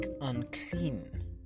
unclean